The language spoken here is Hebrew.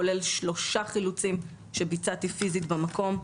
כולל שלושה חילוצים שביצעתי פיזית במקום.